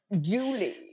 Julie